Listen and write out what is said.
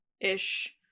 ish